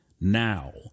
Now